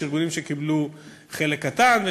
יש ארגונים שקיבלו חלק קטן,